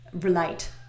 relate